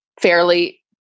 fairly